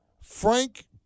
Frank